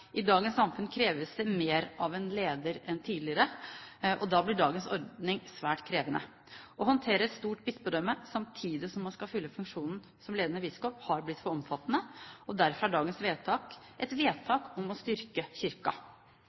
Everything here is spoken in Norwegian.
i sitt eget bispedømme. I dagens samfunn kreves det mer av en leder enn tidligere. Da blir dagens ordning svært krevende. Å håndtere et stort bispedømme samtidig som man skal fylle funksjonen som ledende biskop, har blitt for omfattende. Derfor er dagens vedtak et vedtak om å styrke